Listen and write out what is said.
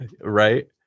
Right